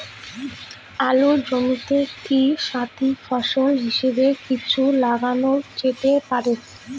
আলুর জমিতে কি সাথি ফসল হিসাবে কিছু লাগানো যেতে পারে?